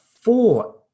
four